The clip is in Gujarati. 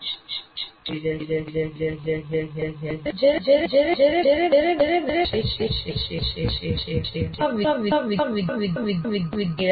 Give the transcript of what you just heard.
જ્યારે વિદ્યાર્થીઓ નવા જ્ઞાન સાથે જોડાય છે ત્યારે પ્રશિક્ષક અથવા વિદ્યાર્થીએ સમસ્યાનું નિરાકરણ લાવવા માટે તેમના નવનિર્મિત માનસિક મોડેલ ની શુદ્ધતા અને પર્યાપ્તતા સુનિશ્ચિત કરવા માટે ક્યાં તો આંતરિક અથવા સુધારાત્મક પ્રતિસાદ મેળવવો જોઈએ